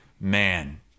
man